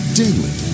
daily